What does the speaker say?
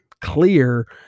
clear